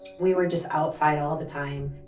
we were just outside all the time.